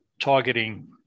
targeting